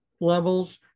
levels